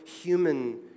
human